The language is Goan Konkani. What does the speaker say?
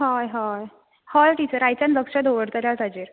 हय हय हय टिचर आयच्यान लक्ष दवरतलें हांव ताजेर